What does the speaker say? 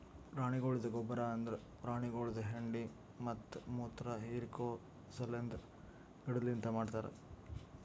ಪ್ರಾಣಿಗೊಳ್ದ ಗೊಬ್ಬರ್ ಅಂದುರ್ ಪ್ರಾಣಿಗೊಳ್ದು ಹೆಂಡಿ ಮತ್ತ ಮುತ್ರ ಹಿರಿಕೋ ಸಲೆಂದ್ ಗಿಡದಲಿಂತ್ ಮಾಡ್ತಾರ್